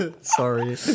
sorry